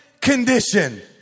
condition